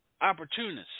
opportunists